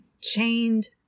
chained